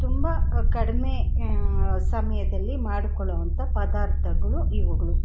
ತುಂಬ ಕಡಿಮೆ ಸಮಯದಲ್ಲಿ ಮಾಡ್ಕೊಳ್ಳೋ ಅಂಥ ಪದಾರ್ಥಗಳು ಇವುಗಳು